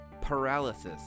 paralysis